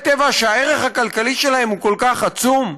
טבע שהערך הכלכלי שלהם הוא כל כך עצום?